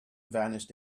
vanished